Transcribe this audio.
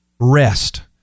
Rest